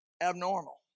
Abnormal